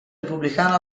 repubblicano